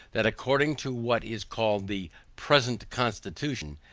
that according to what is called the present constitution,